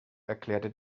erklärte